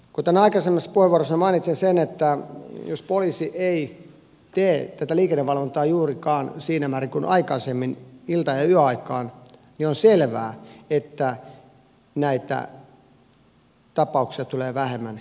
kuten aikaisemmassa puheenvuorossani mainitsin jos poliisi ei tee tätä liikennevalvontaa juurikaan siinä määrin kuin aikaisemmin ilta ja yöaikaan niin on selvää että näitä tapauksia tulee vähemmän esille